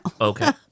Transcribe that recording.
Okay